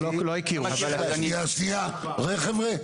שנייה חבר'ה,